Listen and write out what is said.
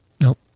Nope